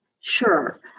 Sure